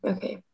Okay